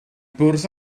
bwrdd